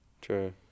True